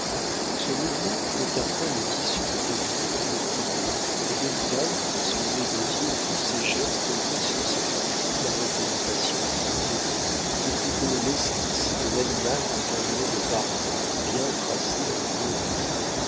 ce mouvement écarta le tissu de calicot qui le couvrait et duncan qui suivait des yeux tous ses gestes vit sur sa poitrine la représentation en petit ou plutôt l'esquisse de l'animal dont on venait de parler bien tracée en beau bleu